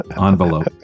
Envelope